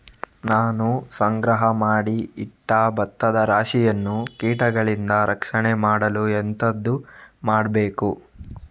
ನಾನು ಸಂಗ್ರಹ ಮಾಡಿ ಇಟ್ಟ ಭತ್ತದ ರಾಶಿಯನ್ನು ಕೀಟಗಳಿಂದ ರಕ್ಷಣೆ ಮಾಡಲು ಎಂತದು ಮಾಡಬೇಕು?